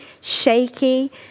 shaky